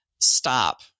stop